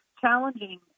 challenging